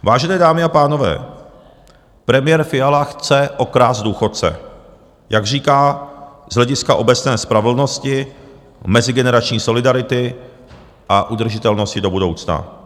Vážené dámy a pánové, premiér Fiala chce okrást důchodce, jak říká z hlediska obecné spravedlnosti, mezigenerační solidarity a udržitelnosti do budoucna.